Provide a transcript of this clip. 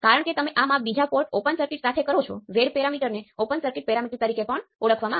અને g parameter 1R 1 1 અને 0